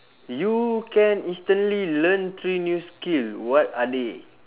you can instantly learn three new skill what are they